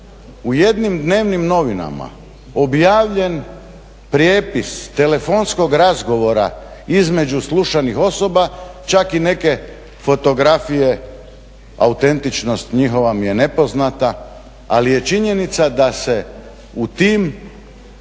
u jednim dnevnim novinama objavljen prijepis telefonskog razgovora između slušanih osoba, čak i neke fotografije, autentičnost njihova mi je nepoznata, ali je činjenica da se u tim